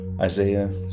Isaiah